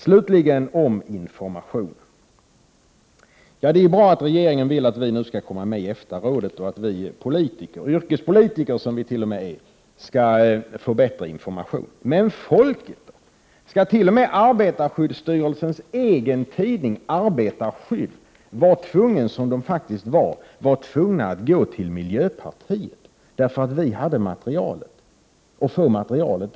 Slutligen om informationen: Det är bra att regeringen nu vill att vi skall komma med i EFTA-rådet och att vi politiker — yrkespolitiker som vi t.o.m. är — skall få bättre information. Men folket då? Skall t.o.m. arbetarskyddsstyrelsens egen tidning Arbetarskydd för att erhålla materialet vara tvungen att gå till miljöpartiet, därför att vi hade materialet?